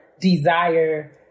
desire